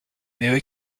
mary